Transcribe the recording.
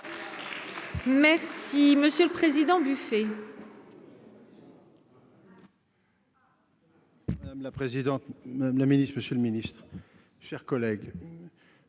Monsieur le Président, buffet.